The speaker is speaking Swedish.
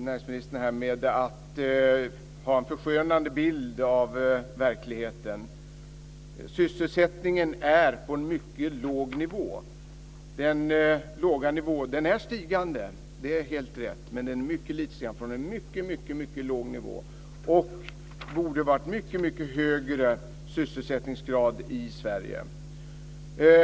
näringsministern här med att göra en förskönande bild av verkligheten. Sysselsättningen är på en mycket låg nivå. Den är stigande, det är helt rätt. Men den är mycket lite stigande från en mycket, mycket låg nivå. Det borde ha varit en mycket, mycket högre sysselsättningsgrad i Sverige.